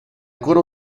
coro